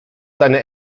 deine